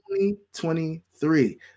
2023